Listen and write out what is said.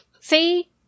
See